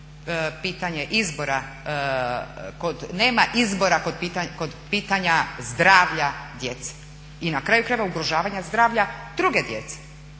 pitanje izbora kod, nema izbora kod pitanja zdravlja djede. I na kraju krajeva ugrožavanja zdravlja druge djece.